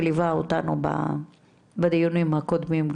שליווה אותנו גם בדיונים הקודמים.